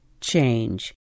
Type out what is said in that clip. change